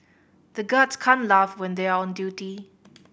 the guards can't laugh when they are on duty